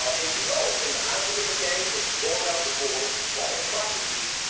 and you roll. and the object of the game is to go around the board, acquire property,